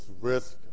risk